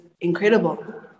incredible